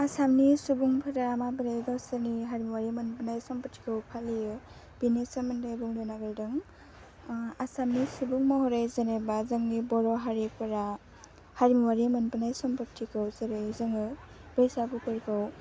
आसामनि सुबुंफोरा माबोरै गावसोरनि हारिमुवारि मोनबोनाय सम्पथिखौ फालियो बेनि सोमोन्दै बुंनो नागिरदों आसामनि सुबुं महरै जेनेबा जोंनि बर' हारिफोरा हारिमुवारि मोनबोनाय सम्पथिखौ जेरै जोङो बैसागुफोरखौ